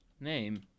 name